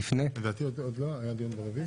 היה דיון ברווייזיה?